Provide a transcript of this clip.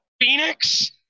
Phoenix